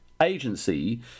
agency